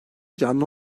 canlı